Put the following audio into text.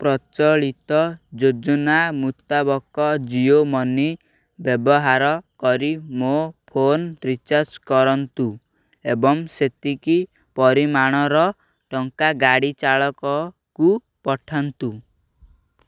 ପ୍ରଚଳିତ ଯୋଜନା ମୁତାବକ ଜିଓ ମନି ବ୍ୟବହାର କରି ମୋ ଫୋନ୍ ରିଚାର୍ଜ କରନ୍ତୁ ଏବଂ ସେତିକି ପରିମାଣର ଟଙ୍କା ଗାଡ଼ି ଚାଳକକୁ ପଠାନ୍ତୁ